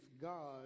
God